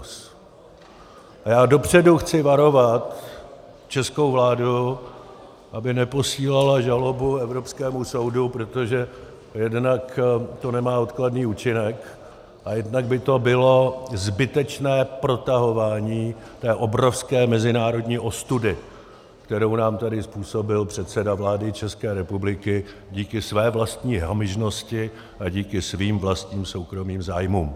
A já dopředu chci varovat českou vládu, aby neposílala žalobu Evropskému soudu, protože jednak to nemá odkladný účinek a jednak by to bylo zbytečné protahování té obrovské mezinárodní ostudy, kterou nám tady způsobil předseda vlády České republiky díky své vlastní hamižnosti a díky svým vlastním soukromým zájmům.